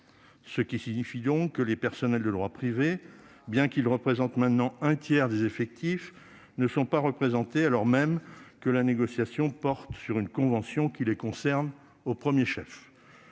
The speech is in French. Cela signifie donc que le personnel de droit privé, bien qu'il représente maintenant un tiers des effectifs de ces organismes, n'est pas représenté, alors même que la négociation porte sur une convention qui le concerne au premier chef.